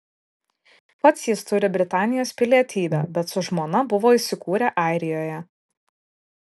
pats jis turi britanijos pilietybę bet su žmona buvo įsikūrę airijoje